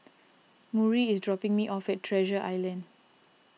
Murry is dropping me off at Treasure Island